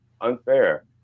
unfair